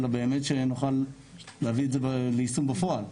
אלא באמת שנוכל להביא את זה ליישום בפועל.